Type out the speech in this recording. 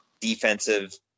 defensive